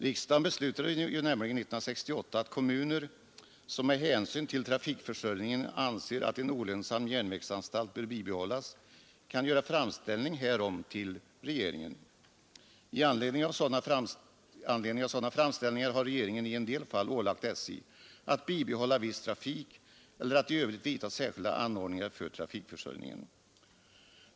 Riksdagen beslöt nämligen 1968 att kommuner, som med hänsyn till trafikförsörjningen anser att en olönsam järnvägsanstalt bör bibehållas, kan göra framställning därom till regeringen. I anledning av sådana framställningar har regeringen i en del fall ålagt SJ att bibehålla viss trafik eller att i övrigt vidta särskilda anordningar för trafikförsörjningen.